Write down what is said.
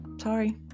Sorry